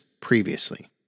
previously